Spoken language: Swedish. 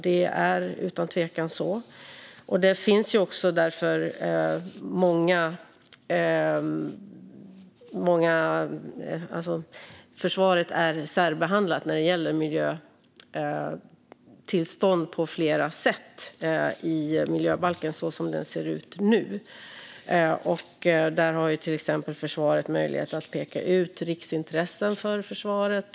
Därför är också försvaret när det gäller miljötillstånd på flera sätt särbehandlat i miljöbalken så som den ser ut nu. Till exempel har försvaret möjlighet att peka ut riksintressen för försvaret.